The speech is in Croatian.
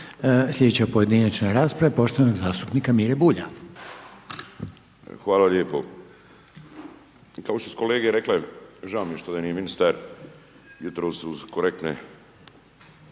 Sljedeća pojedinačna rasprava poštovanog zastupnika Mire Bulja.